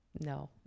no